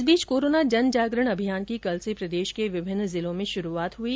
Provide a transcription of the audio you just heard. इस बीच कोरोना जनजागरण अभियान की कल से प्रदेश के विभिन्न जिलों में शुरुआत हुई